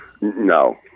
No